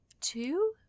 two